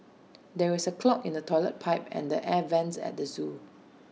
there is A clog in the Toilet Pipe and the air Vents at the Zoo